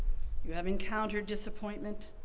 you have encountered disappointment,